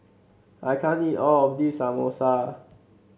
I can't eat all of this Samosa